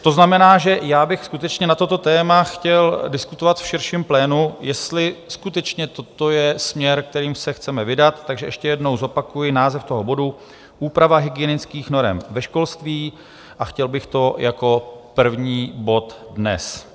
To znamená, že já bych skutečně na toto téma chtěl diskutovat v širším plénu, jestli skutečně toto je směr, kterým se chceme vydat, takže ještě jednou zopakuji název toho bodu: Úprava hygienických norem ve školství, a chtěl bych to jako první bod dnes.